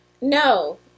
No